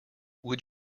would